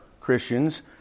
Christians